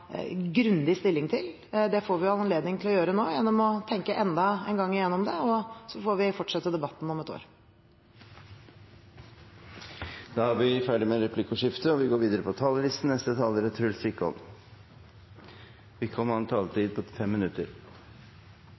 grundig stilling til. Det får vi jo anledning til å gjøre nå gjennom å tenke enda en gang igjennom det, og så får vi fortsette debatten om et år. Dermed er replikkordskiftet over. Flere talere har vært inne på åpenhet og skatteparadiser. I Arbeiderpartiet er vi veldig godt fornøyd med den enigheten man har landet på,